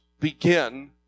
begin